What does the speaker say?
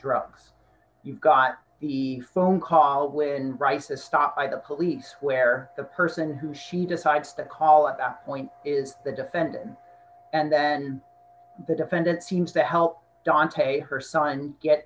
drugs you've got the phone call when reisa stopped by the police where the person who she decides to call at that point is the defendant and then the defendant seems to help dante her